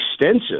extensive